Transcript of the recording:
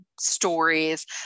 stories